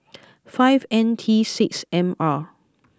five N T six M R